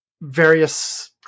various